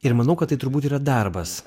ir manau kad tai turbūt yra darbas